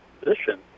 position